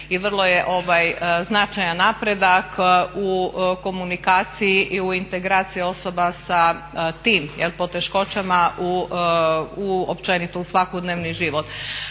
i vrlo je značajan napredak u komunikaciji i u integraciji osoba sa tim poteškoćama općenito u svakodnevni život.